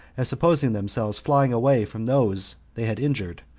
as supposing themselves flying away from those they had injured,